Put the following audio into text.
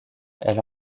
elle